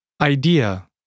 Idea